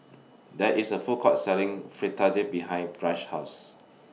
There IS A Food Court Selling Fritada behind Branch's House